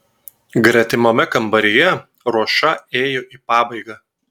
gretimame kambaryje ruoša ėjo į pabaigą